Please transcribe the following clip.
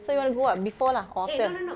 so you want to go what before lah or after